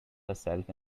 herself